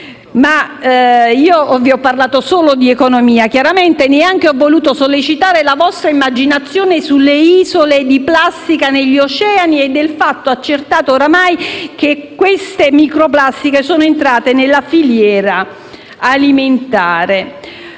Vi ho parlato solo di economia; chiaramente non ho neanche voluto sollecitare la vostra immaginazione sulle isole di plastica negli oceani e sul fatto, ormai accertato, che queste microplastiche sono entrate nella filiera alimentare.